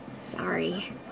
Sorry